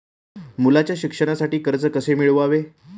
मुलाच्या शिक्षणासाठी कर्ज कसे मिळवावे?